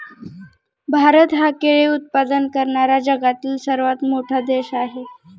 भारत हा केळी उत्पादन करणारा जगातील सर्वात मोठा देश आहे